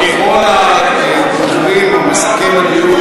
דבר אחד אי-אפשר לקחת מיאיר לפיד,